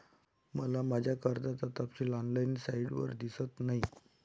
मला माझ्या कर्जाचा तपशील ऑनलाइन साइटवर दिसत नाही